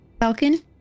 Falcon